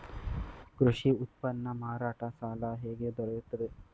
ಕೃಷಿ ಉತ್ಪನ್ನ ಮಾರಾಟ ಸಾಲ ಹೇಗೆ ದೊರೆಯುತ್ತದೆ?